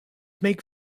make